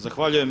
Zahvaljujem.